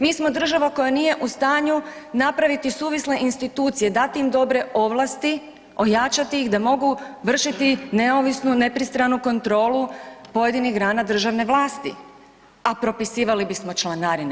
Mi smo država koja nije u stanju napraviti suvisle institucije, dati im dobre ovlasti, ojačati ih da mogu vršiti neovisnu, nepristranu kontrolu pojedinih grana državne vlasti, a propisivali bismo članarine.